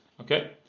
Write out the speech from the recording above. Okay